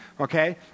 okay